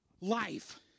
life